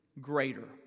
greater